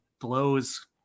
blows